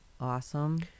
awesome